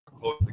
close